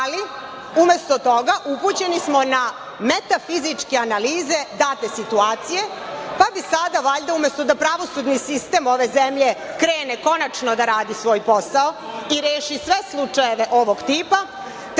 Ali, umesto toga, upućeni smo na metafizičke analize date situacije, pa bi sada valjda da pravosudni sistem ove zemlje krene konačno da radi svoj posao i reši sve slučajeve ovog tipa,